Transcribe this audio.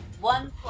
one